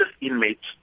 inmates